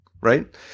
right